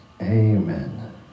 amen